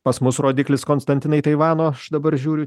pas mus rodiklis konstantinai taivano aš dabar žiūriu